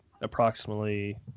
approximately